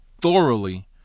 thoroughly